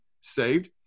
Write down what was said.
saved